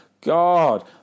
God